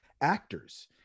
actors